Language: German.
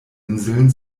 inseln